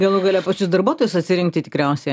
galų gale pačius darbuotojus atsirinkti tikriausiai